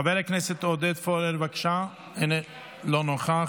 חבר הכנסת עודד פורר, בבקשה, לא נוכח,